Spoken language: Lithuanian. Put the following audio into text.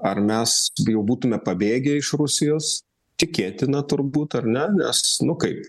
ar mes jau būtume pabėgę iš rusijos tikėtina turbūt ar ne nes nu kaip